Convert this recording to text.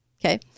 Okay